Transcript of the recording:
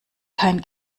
kein